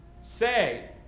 Say